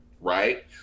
Right